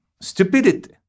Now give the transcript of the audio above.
stupidity